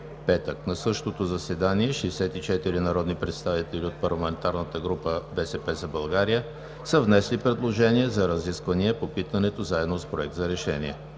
петък. На същото заседание 64 народни представители от парламентарната група на „БСП за България“ са внесли предложение за разисквания по питането, заедно с проект за решение.